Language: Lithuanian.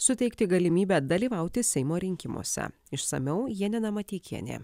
suteikti galimybę dalyvauti seimo rinkimuose išsamiau janina mateikienė